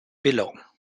below